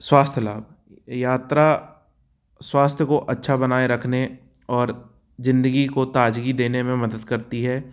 स्वास्थ्य लाभ यात्रा स्वास्थ को अच्छा बनाए रखने और ज़िंदगी को ताज़गी देने में मदद करती है